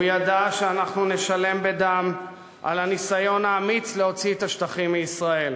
הוא ידע שאנחנו נשלם בדם על הניסיון האמיץ להוציא את השטחים מישראל.